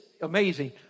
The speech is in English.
amazing